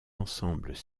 ensembles